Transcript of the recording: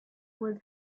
was